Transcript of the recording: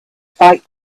fight